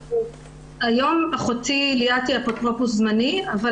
היום אחותי ליאת היא אפוטרופוס זמני אבל